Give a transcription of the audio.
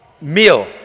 meal